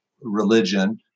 religion